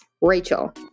Rachel